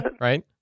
right